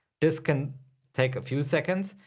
this can take a few seconds.